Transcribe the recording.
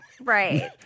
Right